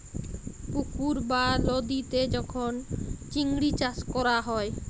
পুকুর বা লদীতে যখল চিংড়ি চাষ ক্যরা হ্যয়